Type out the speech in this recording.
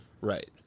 Right